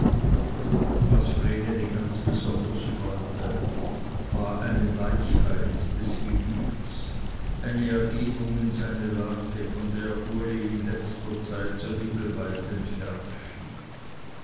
was vreneli ganz besonders freute war eine weichheit des gemütes eine ergebung in seine lage von der uli in letzter zeit so himmelweit entfernt schien